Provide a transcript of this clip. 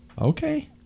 okay